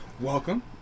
welcome